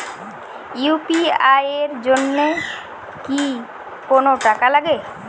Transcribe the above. UPI এর জন্য কি কোনো টাকা লাগে?